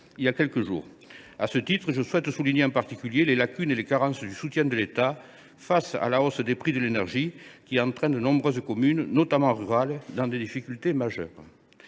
d’intercommunalité. À ce titre, je souhaite souligner les lacunes et les carences du soutien de l’État face à la hausse des prix de l’énergie, qui entraînent de nombreuses communes, notamment rurales, vers des difficultés majeures.